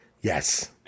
Yes